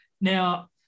Now